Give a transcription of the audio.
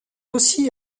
aussi